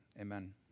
amen